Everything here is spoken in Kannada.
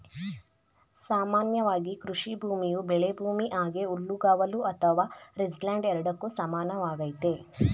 ಸಾಮಾನ್ಯವಾಗಿ ಕೃಷಿಭೂಮಿಯು ಬೆಳೆಭೂಮಿ ಹಾಗೆ ಹುಲ್ಲುಗಾವಲು ಅಥವಾ ರೇಂಜ್ಲ್ಯಾಂಡ್ ಎರಡಕ್ಕೂ ಸಮಾನವಾಗೈತೆ